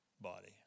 body